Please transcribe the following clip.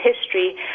history